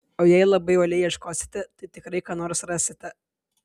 o jei labai uoliai ieškosite tai tikrai ką nors rasite